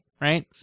right